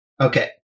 Okay